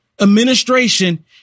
administration